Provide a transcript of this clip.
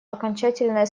окончательная